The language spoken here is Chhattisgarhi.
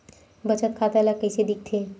बचत खाता ला कइसे दिखथे?